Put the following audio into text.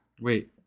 Wait